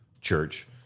church